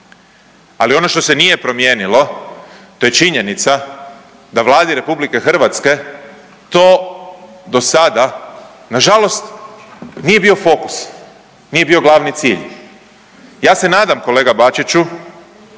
ali ono što se nije promijenilo, to je činjenica da Vladi RH to dosada nažalost nije bio fokus, nije bio glavni cilj. Ja se nadam kolega Bačiću